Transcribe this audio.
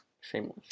Shameless